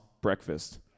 breakfast